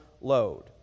load